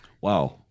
Wow